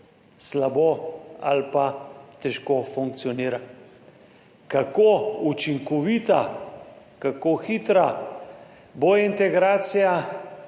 slabo ali pa težko funkcionira. Kako učinkovita, kako hitra bo integracija,